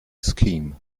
scheme